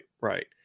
Right